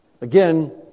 Again